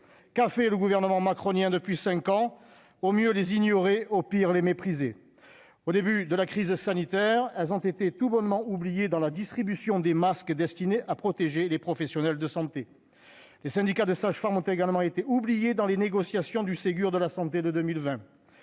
qui a fait le gouvernement macronien depuis 5 ans au mieux les ignorer, au pire, les mépriser au début de la crise sanitaire, elles ont été tout bonnement oublié dans la distribution des masques destinés à protéger les professionnels de santé, les syndicats de sages-femmes ont également été oubliés dans les négociations du Ségur de la santé de 2020,